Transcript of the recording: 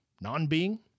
Non-being